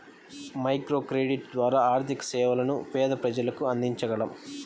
microcredit ద్వారా ఆర్థిక సేవలను పేద ప్రజలకు అందించగలం